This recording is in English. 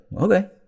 okay